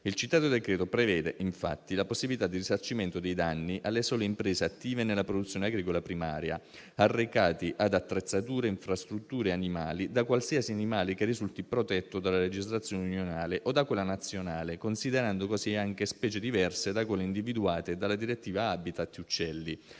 Il citato decreto prevede infatti la possibilità di risarcimento dei danni alle sole imprese attive nella produzione agricola primaria, arrecati ad attrezzature e infrastrutture animali da qualsiasi animale che risulti protetto dalla legislazione unionale o da quella nazionale, considerando così anche specie diverse da quelle individuate dalle direttive Habitat e Uccelli